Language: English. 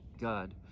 God